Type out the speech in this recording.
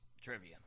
Trivia